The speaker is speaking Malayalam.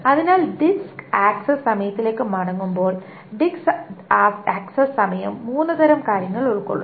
അതിനാൽ ഡിസ്ക് ആക്സസ് സമയത്തിലേക്ക് മടങ്ങുമ്പോൾ ഡിസ്ക് ആക്സസ് സമയം മൂന്ന് തരം കാര്യങ്ങൾ ഉൾക്കൊള്ളുന്നു